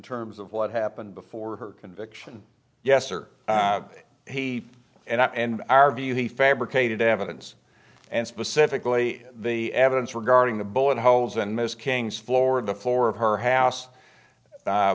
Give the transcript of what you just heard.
terms of what happened before her conviction yes or he and i and our view he fabricated evidence and specifically the evidence regarding the bullet holes and miss king's floor the floor of her house